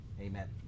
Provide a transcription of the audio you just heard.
Amen